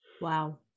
Wow